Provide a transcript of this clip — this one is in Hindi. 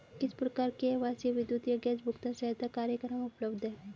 किस प्रकार के आवासीय विद्युत या गैस भुगतान सहायता कार्यक्रम उपलब्ध हैं?